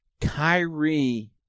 Kyrie